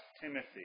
Timothy